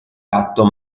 gatto